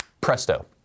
presto